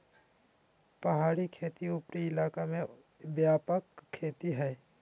पहाड़ी खेती उपरी इलाका में व्यापक खेती हइ